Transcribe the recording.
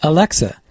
Alexa